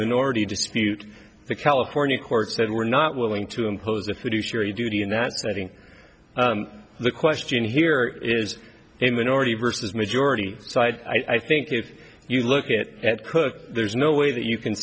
minority dispute the california court said we're not willing to impose a fiduciary duty in that setting the question here is a minority versus majority side i think if you look at it at cook there's no way that you can